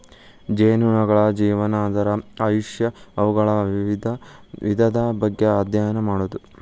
ಜೇನುನೊಣಗಳ ಜೇವನಾ, ಅದರ ಆಯುಷ್ಯಾ, ಅವುಗಳ ವಿಧದ ಬಗ್ಗೆ ಅದ್ಯಯನ ಮಾಡುದು